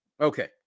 Okay